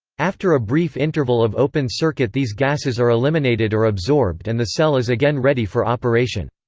after a brief interval of open circuit these gases are eliminated or absorbed and the cell is again ready for operation.